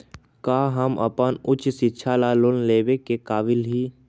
का हम अपन उच्च शिक्षा ला लोन लेवे के काबिल ही?